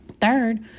Third